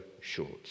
short